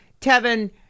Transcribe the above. Tevin